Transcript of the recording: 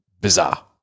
bizarre